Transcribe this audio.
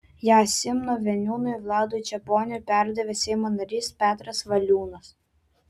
ją simno seniūnui vladui čeponiui perdavė seimo narys petras valiūnas